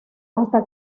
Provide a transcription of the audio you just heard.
hasta